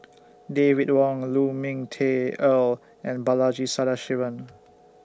David Wong Lu Ming Teh Earl and Balaji Sadasivan